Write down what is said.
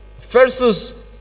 versus